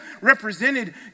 represented